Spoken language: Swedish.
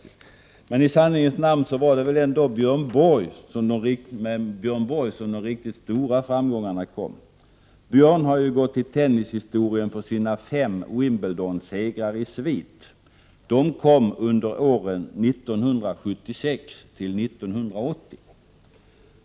I sanningens namn var det väl ändå med Björn Borg som de riktigt stora framgångarna kom. Han har gått till tennishistorien för sina fem Wimbledonsegrar i svit. De kom under åren 1976-1980.